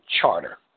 Charter